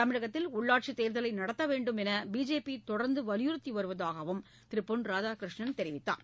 தமிழகத்தில் உள்ளாட்சி தேர்தலை நடத்த வேண்டும் என்று பிஜேபி தொடர்ந்து வலியுறுத்தி வருவதாக பொன் ராதாகிருஷ்ணன் தெரிவித்தார்